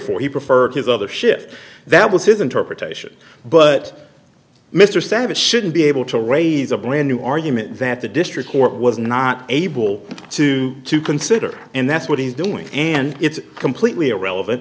he preferred his other shift that was his interpretation but mr savage shouldn't be able to raise a brand new argument that the district court was not able to to consider and that's what he's doing and it's completely irrelevant